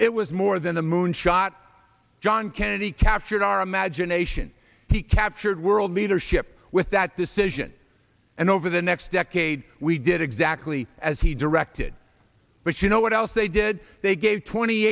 it was more than a moon shot john kennedy captured our imagination he captured world leadership with that decision and over the next decade we did exactly as he directed but you know what else they do they gave twenty